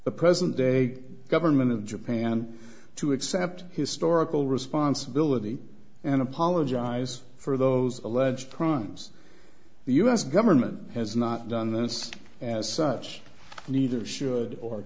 the present day government of japan to accept historical responsibility and apologize for those alleged crimes the us government has not done this as such neither should or